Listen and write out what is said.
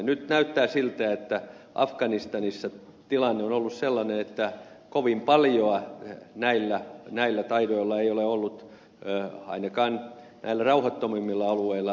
nyt näyttää siltä että afganistanissa tilanne on ollut sellainen että kovin paljoa näillä taidoilla ei ole ollut ainakaan näillä rauhattomimmilla alueilla käyttöä